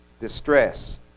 distress